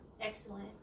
Excellent